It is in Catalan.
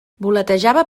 voletejava